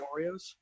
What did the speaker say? Oreos